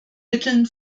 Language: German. mitteln